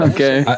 Okay